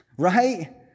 right